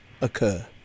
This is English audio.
occur